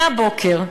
מהבוקר,